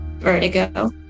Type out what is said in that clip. vertigo